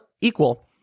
equal